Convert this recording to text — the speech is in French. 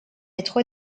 métro